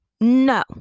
no